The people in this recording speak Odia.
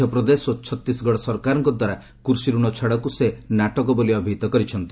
ମଧ୍ୟପ୍ରଦେଶ ଓ ଛତିଶଗଡ଼ ସରକାରଙ୍କ ଦ୍ୱାରା କୂଷି ରଣ ଛାଡ଼କୁ ସେ ନାଟକ ବୋଲି ଅଭିହିତ କରିଛନ୍ତି